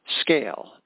scale